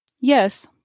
Yes